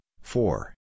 four